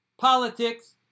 politics